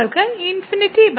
നമ്മൾക്ക് ∞∞ ഫോം ഉണ്ട്